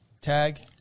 tag